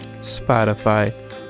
Spotify